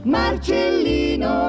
marcellino